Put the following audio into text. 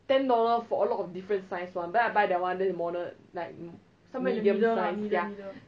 ten dollars for a lot of different size [one] but then I buy that one then the model like medium size